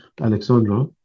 Alexandra